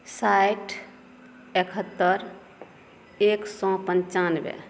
साठि एकहत्तरि एक सए पञ्चानवे